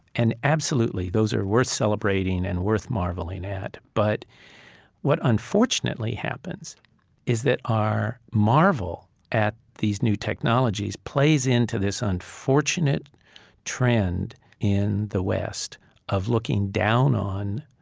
and absolutely, those are worth celebrating and worth marveling at but what unfortunately happens is that our marvel at these new technologies plays into this unfortunate trend in the west of looking down on